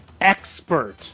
expert